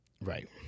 Right